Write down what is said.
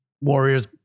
Warriors